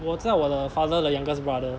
我知道我的 father 的 youngest brother